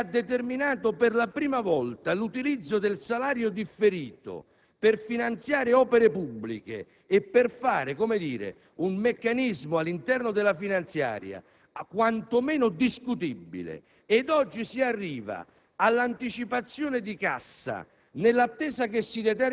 che già di per sé è un elemento che ha determinato per la prima volta l'utilizzo del salario differito per finanziare opere pubbliche, introducendo un meccanismo all'interno della finanziaria quantomeno discutibile, ed oggi si arriva